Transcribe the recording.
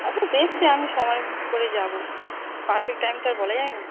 আচ্ছা দেখছি আমি সময় করে যাব পারফেক্ট টাইম তো আর বলা যায় না